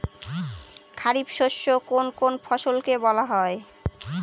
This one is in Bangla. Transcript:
খারিফ শস্য কোন কোন ফসলকে বলা হয়?